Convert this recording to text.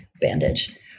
bandage